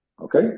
Okay